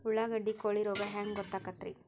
ಉಳ್ಳಾಗಡ್ಡಿ ಕೋಳಿ ರೋಗ ಹ್ಯಾಂಗ್ ಗೊತ್ತಕ್ಕೆತ್ರೇ?